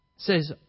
says